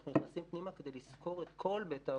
אנחנו נכנסים פנימה כדי לסקור את כל בית האבות,